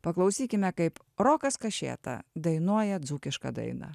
paklausykime kaip rokas kašėta dainuoja dzūkišką dainą